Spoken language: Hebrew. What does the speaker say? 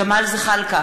נגד ג'מאל זחאלקה,